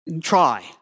Try